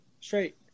Straight